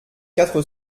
quatre